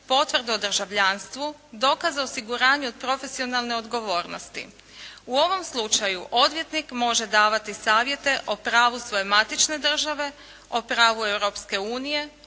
potvrdu o državljanstvu, dokaz o osiguranju od profesionalne odgovornosti. U ovom slučaju odvjetnik može davati savjete o pravu svoje matične države, o pravu